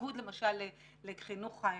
בניגוד למשל לחינוך הממלכתי,